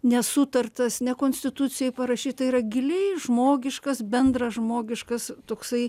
nesutartas ne konstitucijoj parašyta yra giliai žmogiškas bendražmogiškas toksai